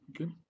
Okay